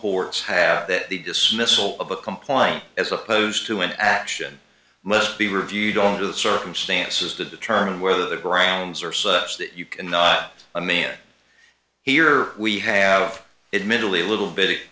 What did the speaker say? courts have that the dismissal of a complaint as opposed to an action must be reviewed on to the circumstances to determine whether the grounds are such that you can not i mean here we have it middle of a little bit